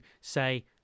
say